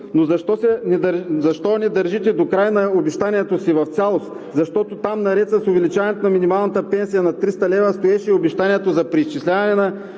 но защо не държите докрай на обещанието си в цялост, защото наред с увеличаването на минималната пенсия на 300 лв. стоеше обещанието за преизчисляване на